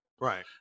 right